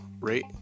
rate